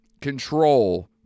control